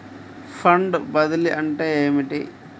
Fund బదిలీ అంటే ఏమిటి?